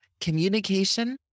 communication